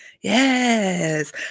Yes